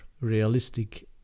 realistic